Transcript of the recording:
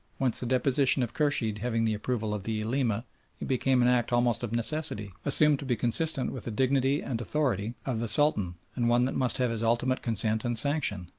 whence the deposition of khurshid having the approval of the ulema it became an act almost of necessity assumed to be consistent with the dignity and authority of the sultan, and one that must have his ultimate consent and sanction.